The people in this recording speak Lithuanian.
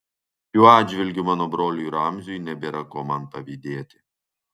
šiuo atžvilgiu mano broliui ramziui nebėra ko man pavydėti